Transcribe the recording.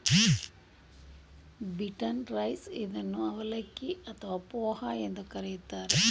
beaten rice ಇದನ್ನು ಅವಲಕ್ಕಿ ಅಥವಾ ಪೋಹ ಎಂದು ಕರಿತಾರೆ